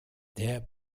der